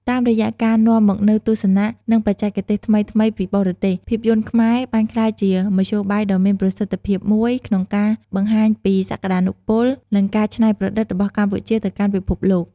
តាមរយៈការនាំមកនូវទស្សនៈ និងបច្ចេកទេសថ្មីៗ ពីបរទេស ភាពយន្តខ្មែរបានក្លាយជា មធ្យោបាយដ៏មានប្រសិទ្ធភាពមួយក្នុងការបង្ហាញពីសក្តានុពល និងការច្នៃប្រឌិតរបស់កម្ពុជាទៅកាន់ពិភពលោក។